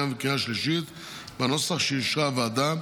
ובקריאה השלישית בנוסח שאישרה הוועדה,